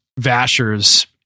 Vasher's